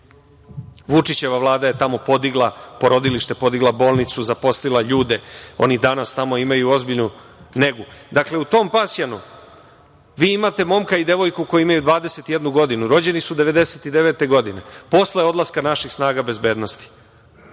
Vučićeva vlada je tamo podigla porodilište, podigla je bolnicu, zaposlila ljude. Oni danas tamo imaju ozbiljnu negu. Dakle, u tom Pasjanu imate momka i devojku koji imaju 21 godinu. Rođeni su 1999. godine posle odlaska naših snaga bezbednosti.